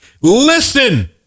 Listen